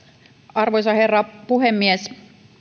arvoisa herra puhemies